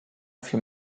viel